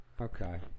Okay